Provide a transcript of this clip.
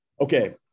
okay